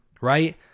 right